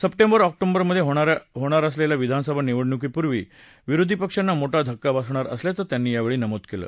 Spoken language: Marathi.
सप्टेंबर ऑक्टोबर मध्ये होणार असलेल्या विधानसभा निवडणुकीपूर्वी विरोधी पक्षांना मोठा धक्का बसणार असल्याचं त्यांनी यावेळी नमूद केलं